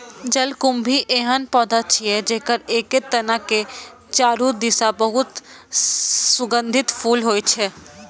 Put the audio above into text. जलकुंभी एहन पौधा छियै, जेकर एके तना के चारू दिस बहुत सुगंधित फूल होइ छै